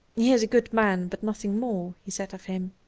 he is a good man, but nothing more, he said of him.